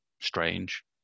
strange